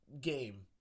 game